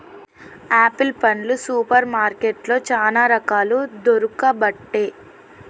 apple పండ్లు super మార్కెట్లో చానా రకాలు దొరుకబట్టె